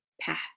path